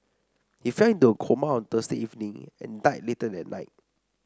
he fell into a coma on Thursday evening and died later that night